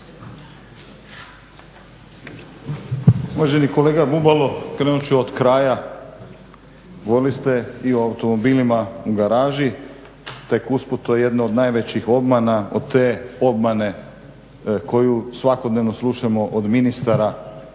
Uvaženi kolega Bubalo krenut ću od kraja. Govorili ste i o automobilima u garaži. Tek usput to je jedna od najvećih obmana, od te obmane koju svakodnevno slušamo od ministara